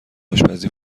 آشپزی